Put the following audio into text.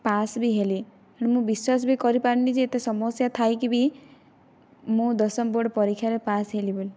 pass ବି ହେଲି ମୁଁ ବିଶ୍ଵାସ ବି କରିପାରୁନି ଯେ ଏତେ ସମସ୍ଯା ଥାଇକି ବି ମୁଁ ଦଶମ ବୋର୍ଡ ପରୀକ୍ଷାରେ ପାସ ହେଲି ବୋଲି